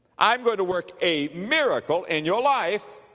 i'm going to work a miracle in your life.